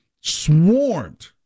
swarmed